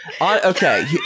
Okay